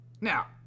Now